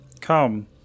Come